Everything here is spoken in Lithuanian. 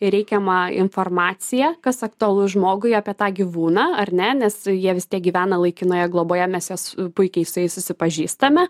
reikiamą informaciją kas aktualu žmogui apie tą gyvūną ar ne nes jie vis tiek gyvena laikinoje globoje mes juos puikiai su jais susipažįstame